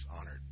honored